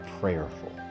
prayerful